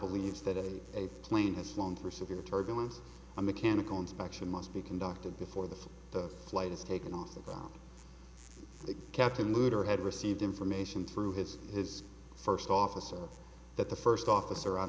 believes that if a plane has flown for severe turbulence a mechanical inspection must be conducted before the flight is taken off the ground the captain goodere had received information through his his first officer that the first officer on